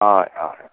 हय हय हय